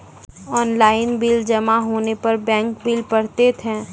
Online bill जमा होने पर बैंक बिल पड़तैत हैं?